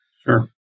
Sure